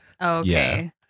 Okay